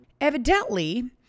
Evidently